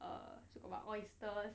err so about oysters